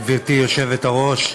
גברתי היושבת-ראש,